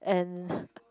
and